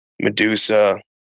Medusa